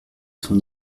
son